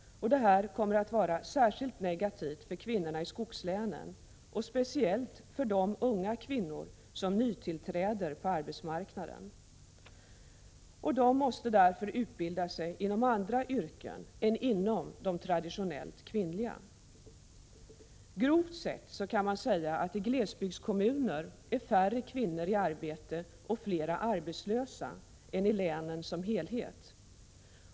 Detta kommer att vara särskilt negativt för kvinnorna i skogslänen och speciellt för de unga kvinnor som nytillträder på arbetsmarknaden. Dessa måste därför utbilda sig inom andra yrken än inom de traditionellt kvinnliga. Grovt sett kan man säga att i glesbygdskommuner är färre kvinnor i arbete och fler arbetslösa än i länen som helhet.